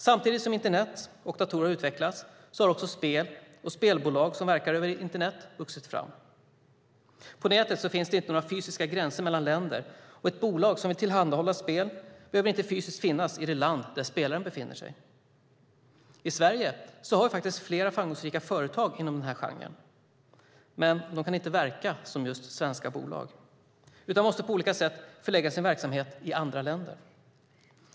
Samtidigt som internet och datorer har utvecklats har också spel och spelbolag som verkar över internet vuxit fram. På nätet finns det inte några fysiska gränser mellan länder, och ett bolag som vill tillhandahålla spel behöver inte fysiskt finnas i det land där spelaren befinner sig. I Sverige har vi flera framgångsrika företag inom denna genre. Men de kan inte verka som svenska bolag, utan måste på olika sätt förlägga sin verksamhet till andra länder.